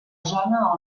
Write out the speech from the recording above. zona